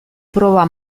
proba